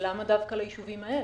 למה דווקא ליישובים האלה?